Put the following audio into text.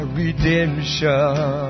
redemption